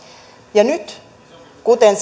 ja nyt ei ole kuten